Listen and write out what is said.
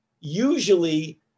Usually